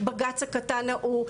הבג"צ הקטן ההוא,